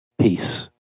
Peace